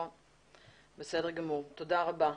נכון, בסדר גמור, תודה רבה.